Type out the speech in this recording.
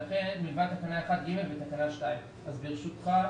למעט תקנה (1)(ג) בתקנה 2. ברשותך,